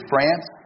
France